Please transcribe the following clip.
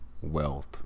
wealth